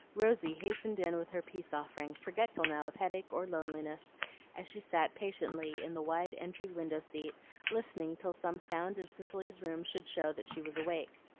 rosy hastened in with her peace-offering, forgetful now of headache or loneliness as she sat patiently in the wide entry window-seat listening till some sound in cicely's room should show that she was awake.